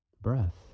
breath